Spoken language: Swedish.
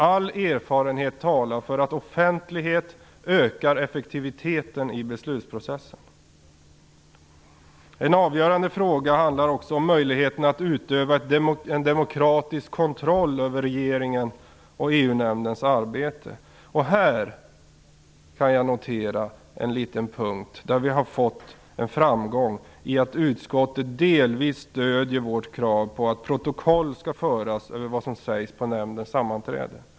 All erfarenhet talar för att offentlighet ökar effektiviteten i beslutsprocessen. En avgörande fråga handlar om möjligheterna att utöva en demokratisk kontroll över regeringens och EU-nämndens arbete. Här kan jag notera att vi har nått en liten framgång i och med att utskottet delvis stöder vårt krav på att protokoll skall föras över vad som sägs på nämndens sammanträden.